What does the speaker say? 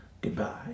Goodbye